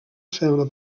sembla